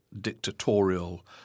dictatorial